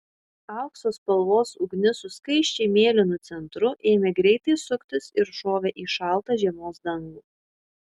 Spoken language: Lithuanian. aukso spalvos ugnis su skaisčiai mėlynu centru ėmė greitai suktis ir šovė į šaltą žiemos dangų